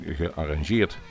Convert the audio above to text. gearrangeerd